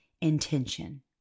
intention